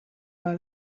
all